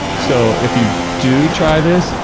so if you do try this,